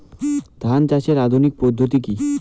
ধান চাষের আধুনিক পদ্ধতি কি?